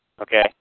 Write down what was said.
Okay